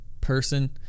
person